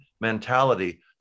mentality